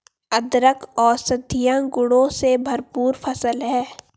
अदरक औषधीय गुणों से भरपूर फसल है